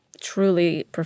truly